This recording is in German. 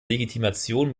legitimation